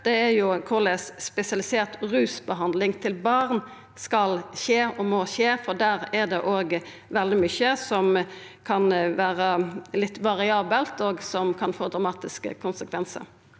er korleis spesialisert rusbehandling til barn skal og må skje, for der er det veldig mykje som kan vera litt variabelt, og som kan få dramatiske konsekvensar.